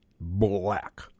black